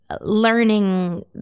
learning